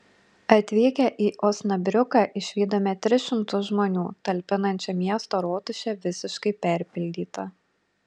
atvykę į osnabriuką išvydome tris šimtus žmonių talpinančią miesto rotušę visiškai perpildytą